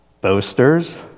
boasters